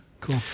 Cool